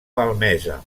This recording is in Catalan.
malmesa